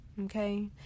Okay